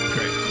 Great